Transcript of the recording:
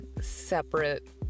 separate